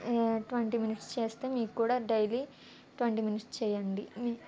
twenty minutes చేస్తే మీకు కూడా డైలీ ట్వంటీ మినిట్స్ చేయండి మీ